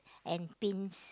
and pins